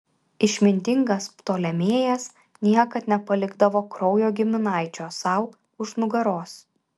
išmintingas ptolemėjas niekad nepalikdavo kraujo giminaičio sau už nugaros